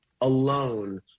alone